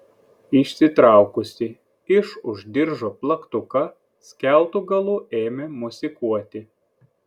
išsitraukusi iš už diržo plaktuką skeltu galu ėmė mosikuoti